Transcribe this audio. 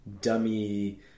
dummy